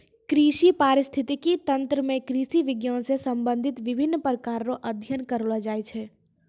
कृषि परिस्थितिकी तंत्र मे कृषि विज्ञान से संबंधित विभिन्न प्रकार रो अध्ययन करलो जाय छै